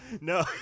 No